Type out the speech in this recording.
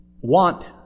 want